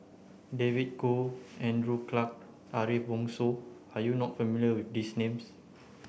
David Kwo Andrew Clarke Ariff Bongso are you not familiar with these names